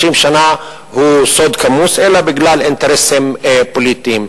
שנה הוא סוד כמוס אלא בגלל אינטרסים פוליטיים.